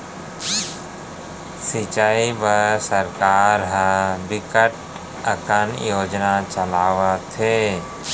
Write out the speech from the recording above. सिंचई बर सरकार ह बिकट अकन योजना चलावत हे